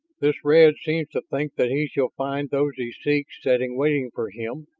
this red seems to think that he shall find those he seeks sitting waiting for him,